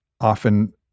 often